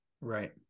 Right